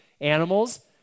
animals